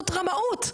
זאת רמאות,